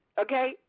okay